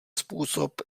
způsob